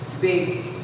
big